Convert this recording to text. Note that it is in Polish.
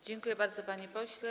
Dziękuję bardzo, panie pośle.